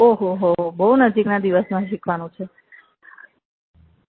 ઓ હો હો બહુ નજીકના દિવસમાં શીખવાનું છે